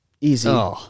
Easy